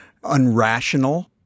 unrational